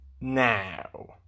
now